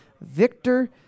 Victor